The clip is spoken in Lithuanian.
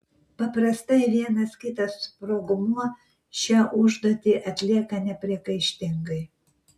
paprastai vienas kitas sprogmuo šią užduotį atlieka nepriekaištingai